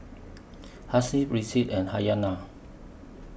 Hasif Rizqi and